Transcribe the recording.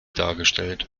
dargestellt